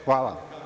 Hvala.